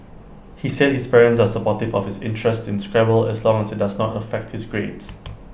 he said his parents are supportive of his interest in Scrabble as long as IT does not affect his grades